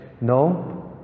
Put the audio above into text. No